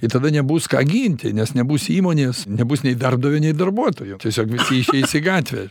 ir tada nebus ką ginti nes nebus įmonės nebus nei darbdavio nei darbuotojo tiesiog išeis į gatvę